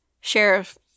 Sheriff